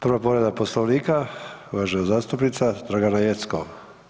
Prva povreda Poslovnika, uvažena zastupnica Dragana Jeckov.